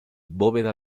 bóveda